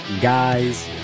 guys